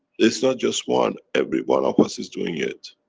is not just one, every one of us is doing it.